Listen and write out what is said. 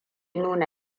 nuna